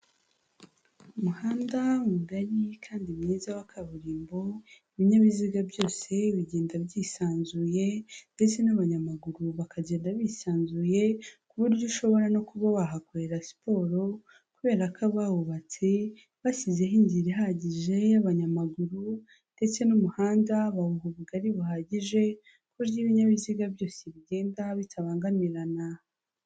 Umuhanda mugari kandi mwiza wa kaburimbo, ibinyabiziga byose bigenda byisanzuye, ndetse n'abanyamaguru bakagenda bisanzuye, ku buryo ushobora no kuba wahakorera siporo, kubera ko abawubatse bashyizeho inzira ihagije y'abanyamaguru, ndetse n'umuhanda bawuha ubugari buhagije ku buryo ibinyabiziga byose bigenda bitabangamirana.